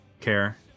care